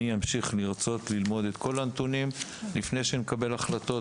אני אמשיך לרצות ללמוד את כל הנתונים לפני שאני מקבל החלטות,